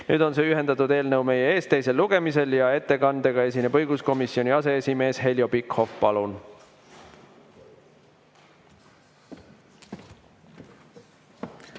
Nüüd on see ühendatud eelnõu meie ees teisel lugemisel ja ettekandega esineb õiguskomisjoni aseesimees Heljo Pikhof. Palun!